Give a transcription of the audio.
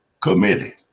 committee